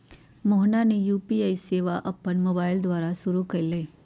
मोहना ने यू.पी.आई सेवा अपन मोबाइल द्वारा शुरू कई लय